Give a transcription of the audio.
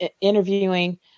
interviewing